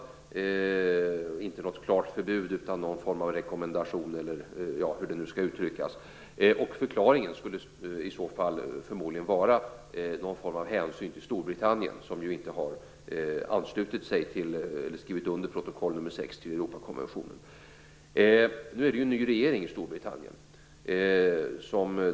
Det skulle inte vara något klart förbud, utan någon form av rekommendation eller hur det nu skall uttryckas. Förklaringen skulle i så fall förmodligen vara någon form av hänsyn till Storbritannien, som ju inte har skrivit under protokoll nr 6 i Europakonventionen. Nu är det ju en ny regering i Storbritannien.